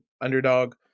underdog